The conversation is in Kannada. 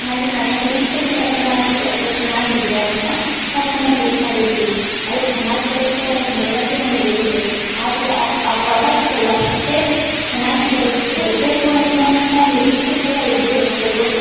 ನನ್ನ ನನ್ನ ನಿರೀಕ್ಷೆಗೆ ತಕ್ಕನಾಗಿ ಅಥ್ವ ಚೆನ್ನಾಗಿದ್ರೆ ಅದನ್ನ ನಾನು ಅದನ್ನ ಬುಕ್ ಮಾಡಿರ್ತೀನಿ ಅದು ಚೆನ್ನಾಗ್ ಬರುತ್ತೆ ಅನ್ನೋ ಭರವಸೆ ನನಗಿರುತ್ತೆ ಆದರೆ ಆ ಆ ಪ್ರೊಡಕ್ಟ್ಗಳು ಅಷ್ಟೇ ಚೆನ್ನಾಗಿ ಬರು ಬರಬೇಕು ಅನ್ನುವಂತಹ ನಿರೀಕ್ಷೆ ಕೂಡ ಇದ್ರು ಕೆಲವೊಮ್ಮೆ